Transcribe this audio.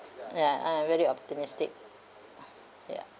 ya I am very optimistic ya